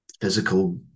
physical